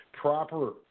proper